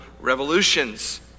revolutions